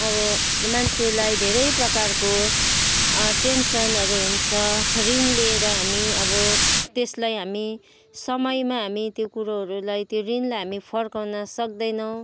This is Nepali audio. अब मान्छेलाई धेरै प्रकारको टेन्सनहरू हुन्छ ऋण लिएर हामी अब त्यसलाई हामी समयमा हामी त्यो कुरोहरूलाई त्यो ऋणलाई हामी फर्काउन सक्दैनौँ